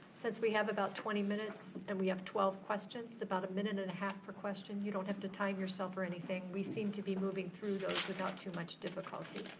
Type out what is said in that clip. since we have about twenty minutes and we have twelve questions, it's about a minute and a half per question. you don't have to time yourself or anything. we seem to be moving through those without too much difficulty.